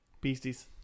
Beasties